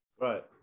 Right